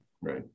Right